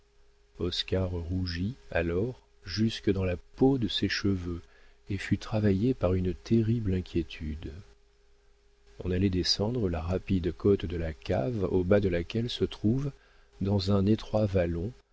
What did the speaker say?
rougit alors jusque dans la peau de ses cheveux et fut travaillé par une terrible inquiétude on allait descendre la rapide côte de la cave au bas de laquelle se trouve dans un étroit vallon